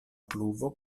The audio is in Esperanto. pluvo